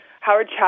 Howard